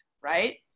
right